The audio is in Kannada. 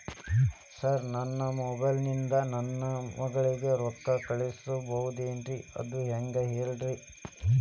ಸರ್ ನನ್ನ ಮೊಬೈಲ್ ಇಂದ ನನ್ನ ಮಗಳಿಗೆ ರೊಕ್ಕಾ ಕಳಿಸಬಹುದೇನ್ರಿ ಅದು ಹೆಂಗ್ ಹೇಳ್ರಿ